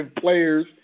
players